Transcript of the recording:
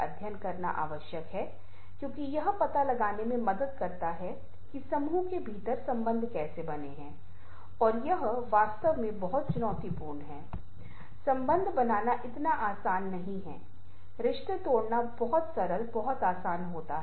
विभिन्न अन्य स्थानों में इसका उपयोग बहुत ही सकारात्मक तरीके से किया जा सकता है और यह मल्टीमीडिया की दिशा में पहला कदम है तब निश्चित रूप से ध्वनि आती है जैसा कि मैंने आपके साथ पहले साझा किया था